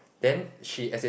then she as in